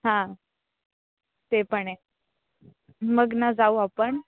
हां ते पण आहे मग ना जाऊ आपण